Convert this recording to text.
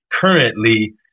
Currently